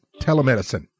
telemedicine